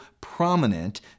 prominent